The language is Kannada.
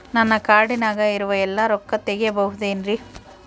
ನನ್ನ ಕಾರ್ಡಿನಾಗ ಇರುವ ಎಲ್ಲಾ ರೊಕ್ಕ ತೆಗೆಯಬಹುದು ಏನ್ರಿ?